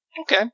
Okay